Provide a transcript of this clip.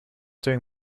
doing